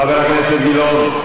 חבר הכנסת גילאון.